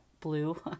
blue